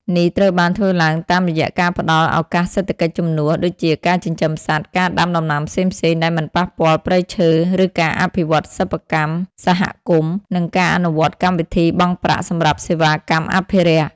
នេះត្រូវបានធ្វើឡើងតាមរយៈការផ្តល់ ឱកាសសេដ្ឋកិច្ចជំនួស (ដូចជាការចិញ្ចឹមសត្វ ការដាំដំណាំផ្សេងៗដែលមិនប៉ះពាល់ព្រៃឈើ ឬការអភិវឌ្ឍសិប្បកម្មសហគមន៍) និងការអនុវត្តកម្មវិធី បង់ប្រាក់សម្រាប់សេវាកម្មអភិរក្ស ។